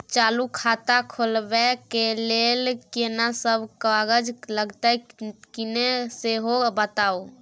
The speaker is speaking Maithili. चालू खाता खोलवैबे के लेल केना सब कागज लगतै किन्ने सेहो बताऊ?